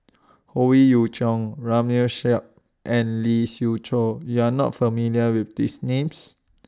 Howe Yoon Chong Ramli and Lee Siew Choh YOU Are not familiar with These Names